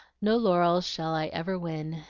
no laurels shall i ever win,